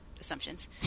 Assumptions